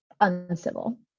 uncivil